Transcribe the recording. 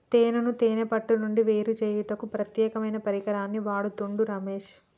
తేనెను తేనే పట్టు నుండి వేరుచేయుటకు ప్రత్యేకమైన పరికరాన్ని వాడుతుండు రమేష్